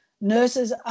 Nurses